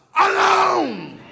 alone